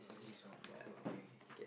oh this one oh oh okay K K